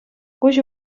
куҫ